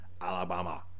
Alabama